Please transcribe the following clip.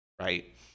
right